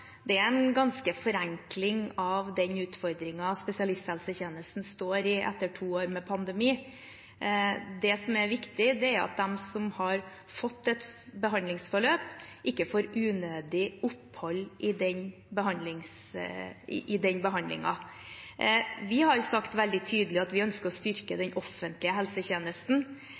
Det er en forenkling av den utfordringen spesialisthelsetjenesten står i etter to år med pandemi. Det som er viktig, er at de som har fått et behandlingsforløp, ikke får unødig opphold i den behandlingen. Vi har sagt veldig tydelig at vi ønsker å styrke den offentlige helsetjenesten.